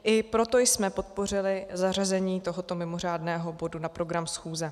I proto jsme podpořili zařazení tohoto mimořádného bodu na program schůze.